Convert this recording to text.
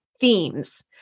themes